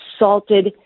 assaulted